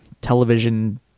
Television